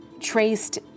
traced